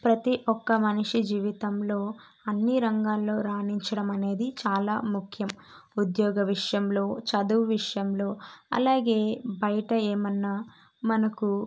ప్రతి ఒక్క మనిషి జీవితంలో అన్ని రంగాల్లో రాణించడం అనేది చాలా ముఖ్యం ఉద్యోగ విషయంలో చదువు విషయంలో అలాగే బయట ఏమన్నా మనకు